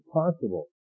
possible